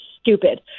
stupid